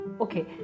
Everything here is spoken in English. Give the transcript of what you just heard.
okay